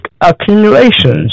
accumulations